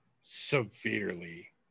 Severely